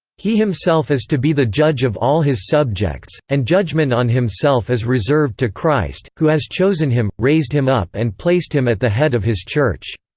he himself is to be the judge of all his subjects, and judgment on himself is reserved to christ, who has chosen him, raised him up and placed him at the head of his church.